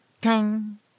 Tang